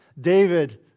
David